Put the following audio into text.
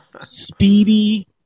speedy –